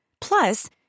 Plus